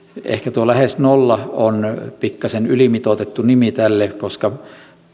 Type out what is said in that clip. ehkä tuo lähes nolla on pikkaisen ylimitoitettu nimi tälle koska